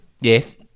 Yes